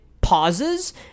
pauses